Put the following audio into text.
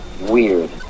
weird